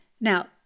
Now